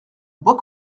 bois